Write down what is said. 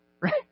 Right